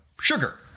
sugar